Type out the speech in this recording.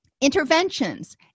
Interventions